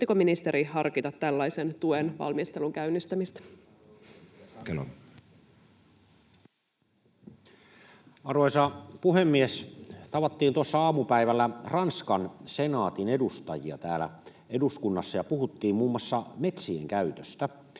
valtion talousarvioksi vuodelle 2023 Time: 12:46 Content: Arvoisa puhemies! Tavattiin tuossa aamupäivällä Ranskan senaatin edustajia täällä eduskunnassa ja puhuttiin muun muassa metsien käytöstä,